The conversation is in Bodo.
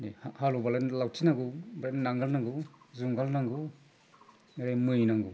हालएवबालाय लावथि नांगौ ओमफ्राय नांगोल नांगौ जुंगाल नांगौ आरो मै नांगौ